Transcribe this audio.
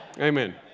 Amen